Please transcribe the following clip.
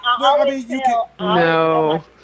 no